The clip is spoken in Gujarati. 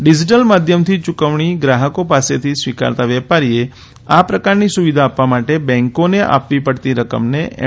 ડિજીટલ માધ્યમથી ચૂકવણી ગ્રાહકો પાસેથી સ્વીકારતા વેપારીએ આ પ્રકારની સુવિધા આપવા માટે બેંકોને આપવી પડતી રકમને એમ